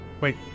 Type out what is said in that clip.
Wait